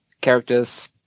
characters